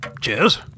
Cheers